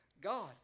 God